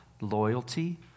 loyalty